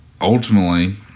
ultimately